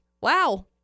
Wow